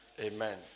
Amen